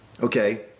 Okay